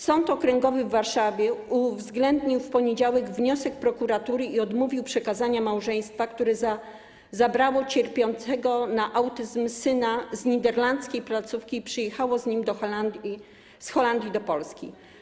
Sąd Okręgowy w Warszawie uwzględnił w poniedziałek wniosek prokuratury i odmówił przekazania małżeństwa, które zabrało cierpiącego na autyzm syna z niderlandzkiej placówki i przyjechało z nim z Holandii do Polski.